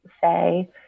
say